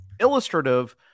illustrative